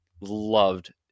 loved